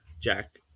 jack